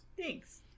Thanks